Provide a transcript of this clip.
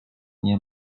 nie